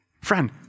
Friend